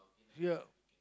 ya